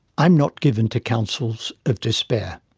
i am not given to counsels of despair.